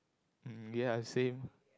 mm ya same